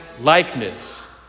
likeness